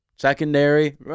secondary